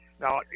now